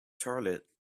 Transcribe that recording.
charlotte